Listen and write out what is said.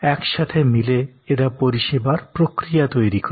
এক সাথে মিলে এরা পরিষেবার প্রক্রিয়া তৈরী করে